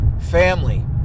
family